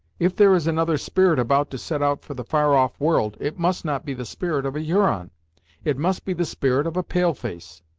if there is another spirit about to set out for the far off world, it must not be the spirit of a huron it must be the spirit of a pale-face.